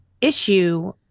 issue